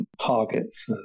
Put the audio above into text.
targets